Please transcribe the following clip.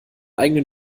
eigenen